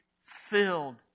filled